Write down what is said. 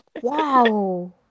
Wow